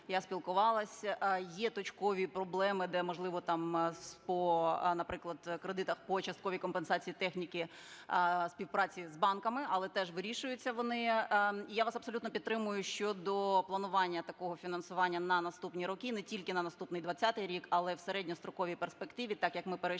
я спілкувалася, є точкові проблеми, де, можливо, там по, наприклад, кредитах по частковій компенсації техніки співпраці з банками, але теж вирішуються вони. Я вас абсолютно підтримую щодо планування такого фінансування на наступні роки не тільки на наступний 20-й рік, але в середньостроковій перспективі так, як ми перейшли